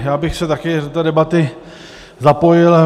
Já bych se také do té debaty zapojil.